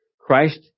Christ